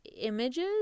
images